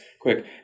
quick